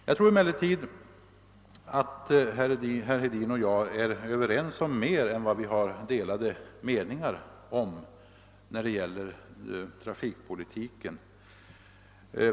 Jag tror emellertid att herr Hedin och jag är överens om mer än vi har delade meningar om när det gäller trafikpolitiken.